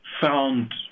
found